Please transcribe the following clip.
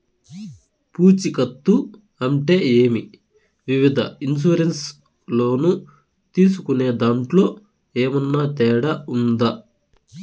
పూచికత్తు అంటే ఏమి? వివిధ ఇన్సూరెన్సు లోను తీసుకునేదాంట్లో ఏమన్నా తేడా ఉందా?